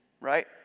Right